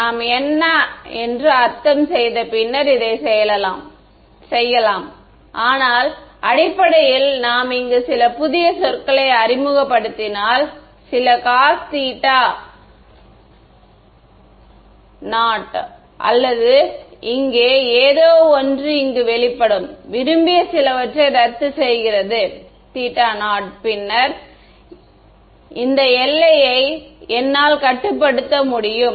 எனவே நாம் என்ன என்று அர்த்தம் செய்த பின்னர் இதைச் செய்யலாம் ஆனால் அடிப்படையில் நாம் இங்கு சில புதிய சொற்களை அறிமுகப்படுத்தினால் சில cos0 அல்லது இங்கே ஏதோ ஒன்று இங்கு வெளிப்படும் விரும்பிய சிலவற்றை ரத்துசெய்கிறது 0 பின்னர் இந்த எல்லை நிலையை என்னால் கட்டுப்படுத்த முடியும்